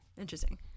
interesting